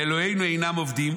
לאלוהינו אינם עובדים